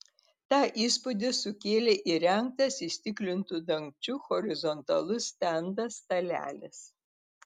tą įspūdį sukėlė įrengtas įstiklintu dangčiu horizontalus stendas stalelis